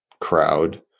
crowd